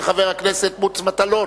התש"ע 2010,